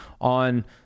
on